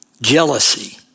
jealousy